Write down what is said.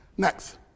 Next